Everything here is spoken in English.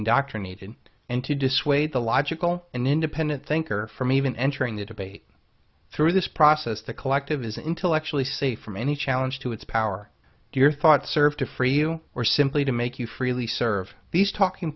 indoctrinated and to dissuade the logical an independent thinker from even entering the debate through this process the collective is intellectually safe from any challenge to its power your thoughts serve to free you or simply to make you freely serve these talking